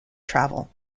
travel